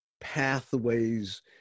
pathways